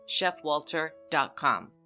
chefwalter.com